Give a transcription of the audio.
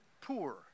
poor